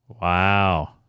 Wow